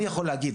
אני יכול להגיד,